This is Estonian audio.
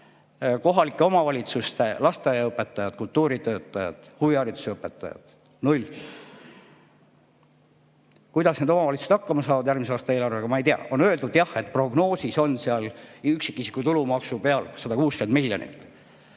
kohalike omavalitsuste lasteaiaõpetajad, kultuuritöötajad, huvihariduse õpetajad – null. Kuidas need omavalitsused saavad järgmise aasta eelarvega hakkama, ma ei tea. On öeldud jah, et prognoosis on üksikisiku tulumaksu 160 miljonit.